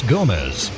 Gomez